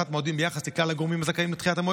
היא ליעקב".